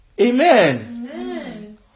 Amen